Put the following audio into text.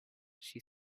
she